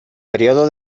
período